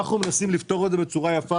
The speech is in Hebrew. אנחנו מנסים לפתור את זה בצורה יפה